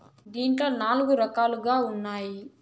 దీంట్లో నాలుగు రకాలుగా ఉన్నాయి